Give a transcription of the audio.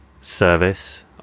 service